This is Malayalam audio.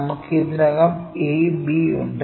നമുക്ക് ഇതിനകം AB ഉണ്ട്